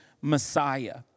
Messiah